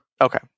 Okay